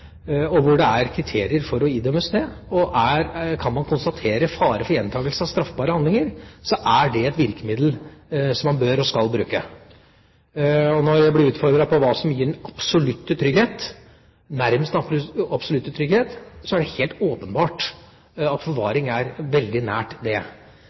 det er kriterier for å idømmes det. Kan man konstatere fare for gjentakelse av straffbare handlinger, er det et virkemiddel som man bør og skal bruke. Når jeg blir utfordret på hva som gir nærmest absolutt trygghet, er det helt åpenbart at forvaring er veldig nært det.